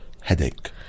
headache